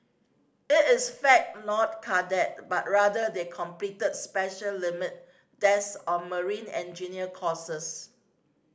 it is fact not cadet but rather they completed special limit desk or marine engineer courses